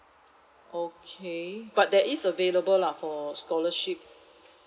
okay but that is available lah for scholarship